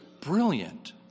brilliant